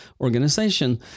organization